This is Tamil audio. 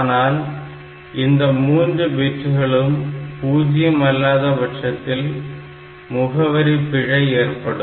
ஆனால் இந்த மூன்று பிட்களும் 0 அல்லாத பட்சத்தில் முகவரி பிழை ஏற்படும்